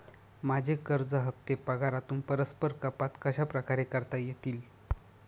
माझे कर्ज हफ्ते पगारातून परस्पर कपात कशाप्रकारे करता येतील?